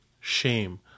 shame